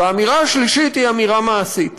והאמירה השלישית היא אמירה מעשית.